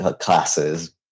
classes